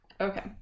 Okay